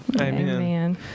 Amen